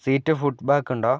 seat foot back ഉണ്ടോ